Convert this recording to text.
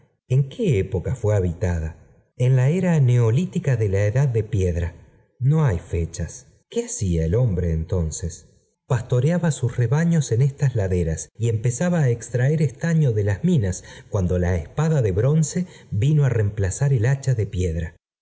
bü qué época fué habitada en la era neolítica de la edad de piedra no hay fechas r qué hacía el hombre entonces pastoreaba sus rebaños en estas laderas y empezaba á extraer estaño de las minas cuando la espada de bronce vino á reemplazar al hacha de piedra